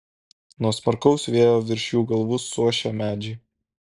nuo smarkaus vėjo virš jų galvų suošia medžiai